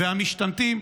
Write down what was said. והמשתמטים,